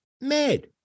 mad